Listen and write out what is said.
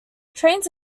trains